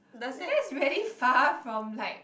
that's really far from like